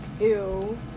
ew